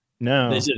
No